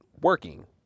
working